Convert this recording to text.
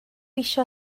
eisiau